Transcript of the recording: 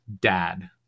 dad